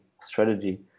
strategy